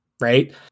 right